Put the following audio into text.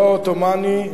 לא העות'מאני,